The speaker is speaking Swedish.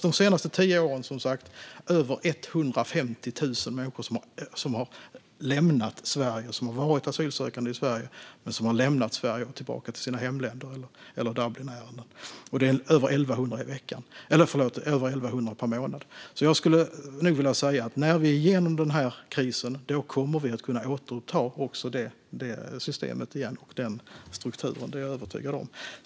De senaste tio åren har över 150 000 människor lämnat Sverige och åkt tillbaka till sina hemländer efter att ha varit asylsökande i Sverige, eller så har det varit Dublinärenden. Det är över 1 100 per månad. Jag skulle nog vilja säga att när vi är igenom den här krisen kommer vi att kunna återuppta det systemet och den strukturen igen. Det är jag övertygad om.